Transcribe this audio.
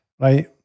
right